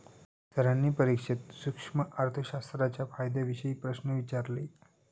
सरांनी परीक्षेत सूक्ष्म अर्थशास्त्राच्या फायद्यांविषयी प्रश्न विचारले